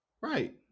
Right